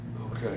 Okay